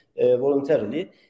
voluntarily